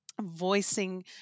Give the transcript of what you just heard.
voicing